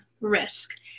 risk